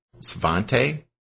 Svante